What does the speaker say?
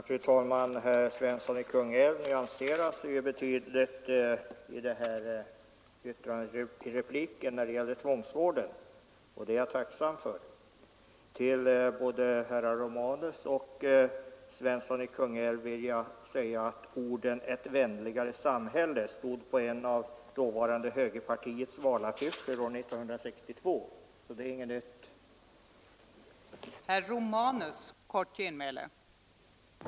Fru talman! Herr Svensson i Kungälv nyanserar sin replik när det gäller tvångsvården. Jag är tacksam för detta. Till både herrar Romanus och Svensson i Kungälv vill jag säga att orden Ett vänligare samhälle stod på dåvarande högerpartiets valaffischer 1962. Det är alltså inte något nytt.